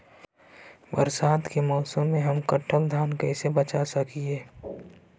बरसात के मौसम में हम कटल धान कैसे बचा सक हिय?